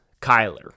Kyler